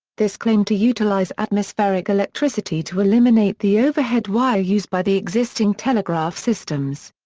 this claimed to utilize atmospheric electricity to eliminate the overhead wire used by the existing telegraph systems.